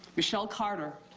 michelle carter,